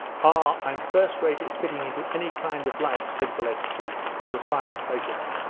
ah, i'm first-rate at fitting into any kind of life said beletski with a sigh of pleasure.